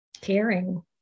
caring